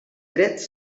drets